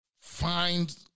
find